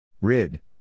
Rid